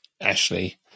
Ashley